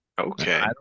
Okay